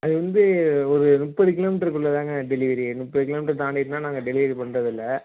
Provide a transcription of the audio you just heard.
அது வந்து ஒரு முப்பது கிலோ மீட்ரு குள்ளேதாங்க டெலிவரி முப்பது கிலோ மீட்ரு தாண்டிட்டுனால் நாங்கள் டெலிவரி பண்ணுறது இல்லை